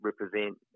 represent